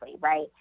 right